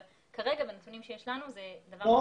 אבל כרגע בנתונים שלנו זה דבר שהוא